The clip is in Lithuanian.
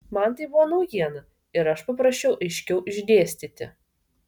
man tai buvo naujiena ir aš paprašiau aiškiau išdėstyti